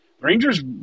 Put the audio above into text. Rangers